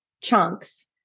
chunks